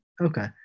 Okay